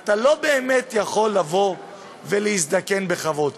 אתה לא באמת יכול להזדקן בכבוד.